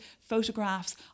photographs